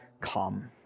come